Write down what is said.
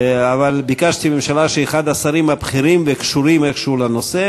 אבל ביקשתי מהממשלה שאחד השרים הבכירים וקשורים איכשהו לנושא,